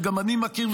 וגם אני מכיר,